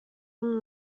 اون